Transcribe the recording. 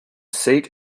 seat